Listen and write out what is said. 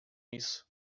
isso